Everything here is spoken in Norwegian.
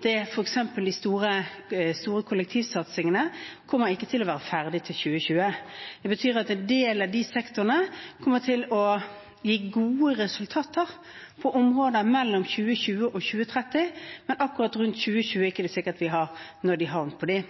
de store kollektivsatsingene, ikke kommer til å være ferdig til 2020. Det betyr at en del av de sektorene kommer til å gi gode resultater på områder på mellom 2020 og 2030, men akkurat rundt 2020 er det ikke sikkert vi har nådd i havn på dem.